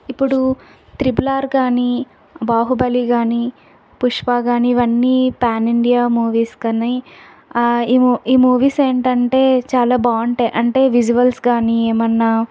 ఇప్పుడు triple R కానీ బాహుబలి కానీ పుష్ప కానీ ఇవన్నీ పాన్ ఇండియా మూవీస్ కానీ ఆ ఈ మూవీస్ ఏంటంటే చాలా బాగుంటాయి అంటే విజువల్స్ కానీ ఏమన్నా